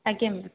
ଆଜ୍ଞା ମ୍ୟାମ୍